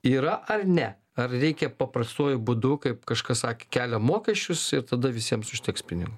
yra ar ne ar reikia paprastuoju būdu kaip kažkas sakė keliam mokesčius ir tada visiems užteks pinigų